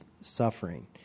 suffering